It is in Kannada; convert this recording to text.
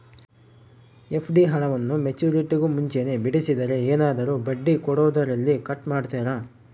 ಎಫ್.ಡಿ ಹಣವನ್ನು ಮೆಚ್ಯೂರಿಟಿಗೂ ಮುಂಚೆನೇ ಬಿಡಿಸಿದರೆ ಏನಾದರೂ ಬಡ್ಡಿ ಕೊಡೋದರಲ್ಲಿ ಕಟ್ ಮಾಡ್ತೇರಾ?